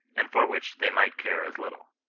and for which they might care as little.